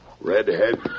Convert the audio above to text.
Redhead